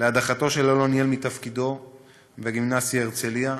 להדחתו של אלון ליאל מתפקידו בגימנסיה "הרצליה".